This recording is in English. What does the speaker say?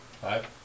Five